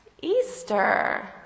Easter